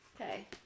okay